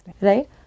right